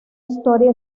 historia